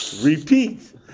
Repeat